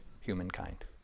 humankind